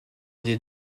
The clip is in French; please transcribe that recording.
des